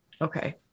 okay